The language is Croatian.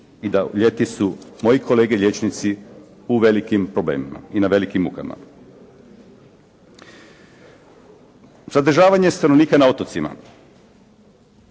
i da ljeti su moji kolege liječnici u velikim problemima i na velikim mukama. Zadržavanje stanovnika na otocima,